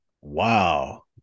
Wow